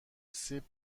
سیب